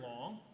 long